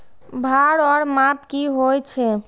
भार ओर माप की होय छै?